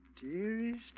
Dearest